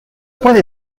puede